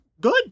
good